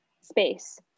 space